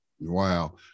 Wow